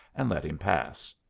and let him pass.